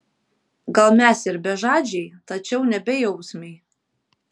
gal mes ir bežadžiai tačiau ne bejausmiai